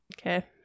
Okay